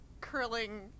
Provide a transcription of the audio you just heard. curling